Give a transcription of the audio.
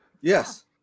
Yes